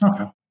Okay